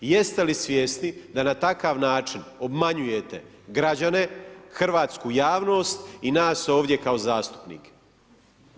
Jeste li svjesni da na takav način obmanjujete građane, hrvatsku javnost i nas ovdje kao zastupnike?